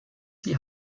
die